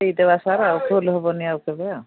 ଦେଇଦବା ସାର୍ ଆଉ ଭୁଲ ହବନି ଆଉ କେବେ ଆଉ